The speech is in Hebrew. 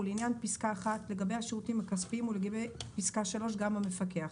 ולעניין פסקה (1) לגביע השירותים הכספיים ולגבי פסקה (3) גם המפקח: